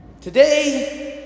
today